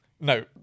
no